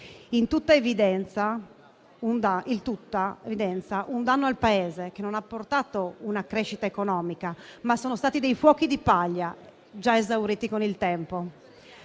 Il tutto evidenzia un danno al Paese, che non ha portato una crescita economica, ma che è stato un fuoco di paglia, già esaurito con il tempo.